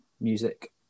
music